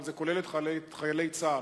אבל זה כולל את חיילי צה"ל.